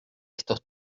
estos